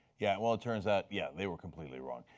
yeah well, it turns out yeah they were completely wrong.